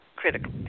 critical